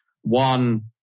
one